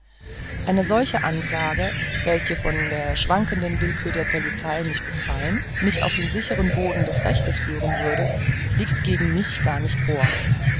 eine solche anklage welche von der schwankenden willkührherrschaft der polizei mich befreien mich auf den sichern boden des rechtes führen würde liegt gegen mich gar nicht vor